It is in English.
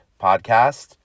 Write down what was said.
podcast